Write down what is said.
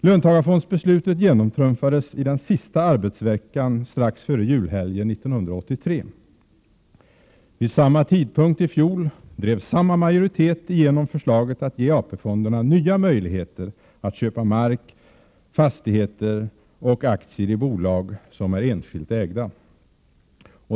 Löntagarfondsbeslutet genomtrumfades i den sista arbetsveckan strax före julhelgen 1983. Vid samma tidpunkt i fjol drev samma majoritet igenom förslaget att ge AP-fonderna nya möjligheter att köpa mark, fastigheter och aktier i bolag som är enskilt ägda.